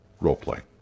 role-playing